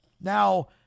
Now